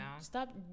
stop